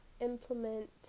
implement